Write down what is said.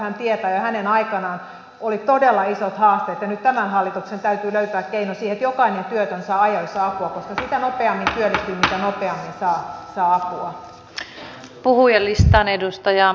hän tietää ja hänen aikanaan oli todella isot haasteet ja nyt tämän hallituksen täytyy löytää keinot siihen että jokainen työtön saa ajoissa apua koska sitä nopeammin työllistyy mitä nopeammin saa apua